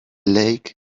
lake